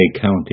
County